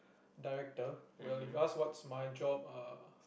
director well if you ask what's my job uh